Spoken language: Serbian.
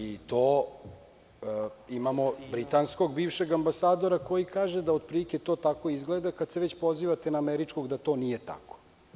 Imamo britanskog bivšeg ambasadora koji kaže da otprilike to tako izgleda kada se već pozivate na američkog da to nije tako.